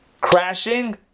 crashing